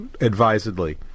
advisedly